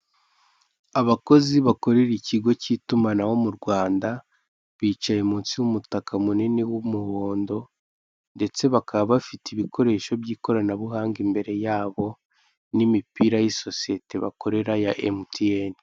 Abakozi bakorera ikigo cy'itumanaho mu Rwanda bicaye munsi y'umutaka munini w'umuhondo ndetse bakaba bafite ibikoresho by'ikoranabuhanga imbere yabo n'imipira y'isosiyete bakorera ya MTN.